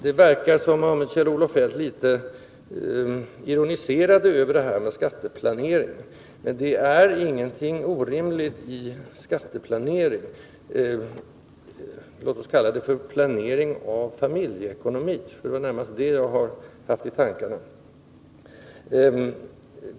Det verkar som om Kjell-Olof Feldt ironiserade litet över förekomsten av skatteplanering, men jag vill säga att det visst inte är något orimligt i en sådan planering. Låt oss kalla det för planering av familjeekonomin — det är närmast det som jag har haft i tankarna.